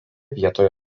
vietoje